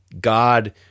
God